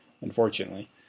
unfortunately